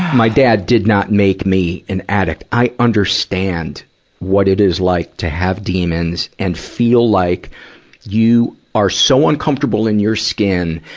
my dad did not make me an addict. i understand what it is like to have demons and feel like you are so uncomfortable in your skin,